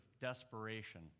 desperation